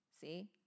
See